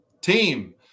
Team